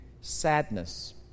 sadness